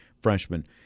freshman